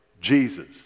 Jesus